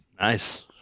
Nice